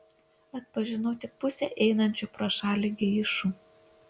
atpažinau tik pusę einančių pro šalį geišų